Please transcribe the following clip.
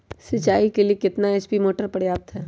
सिंचाई के लिए कितना एच.पी मोटर पर्याप्त है?